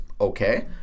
Okay